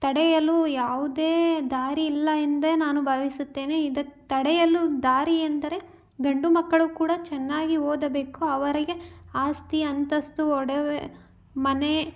ತಡೆಯಲೂ ಯಾವುದೇ ದಾರಿಯಿಲ್ಲ ಎಂದೇ ನಾನು ಭಾವಿಸುತ್ತೇನೆ ಇದಕ್ಕೆ ತಡೆಯಲು ದಾರಿ ಎಂದರೆ ಗಂಡು ಮಕ್ಕಳು ಕೂಡ ಚೆನ್ನಾಗಿ ಓದಬೇಕು ಅವರಿಗೆ ಆಸ್ತಿ ಅಂತಸ್ತು ಒಡವೆ ಮನೆ